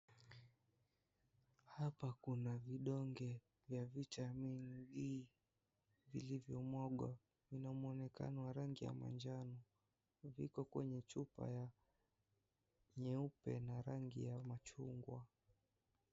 Hapa kuna vidonge vya vitamini D vilivyomwagwa. Ina muonekano ya rangi ya manjano na iko kwenye chupa ya nyeupe na rangi ya machungwa.